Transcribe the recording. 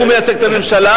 שהוא מייצג את הממשלה.